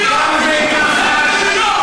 סליחה, אדוני היושב-ראש,